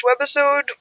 webisode